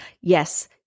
Yes